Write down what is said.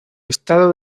estado